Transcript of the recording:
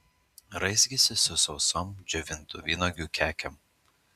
raizgėsi su sausom džiovintų vynuogių kekėm